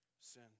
sin